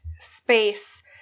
space